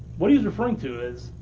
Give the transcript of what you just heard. what he was referring to is,